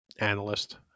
analyst